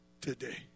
today